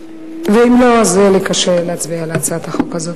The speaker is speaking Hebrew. ואם לא, יהיה לי קשה להצביע על הצעת החוק הזו.